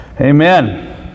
amen